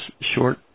short